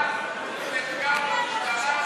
נחקר במשטרה,